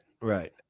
Right